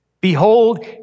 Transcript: Behold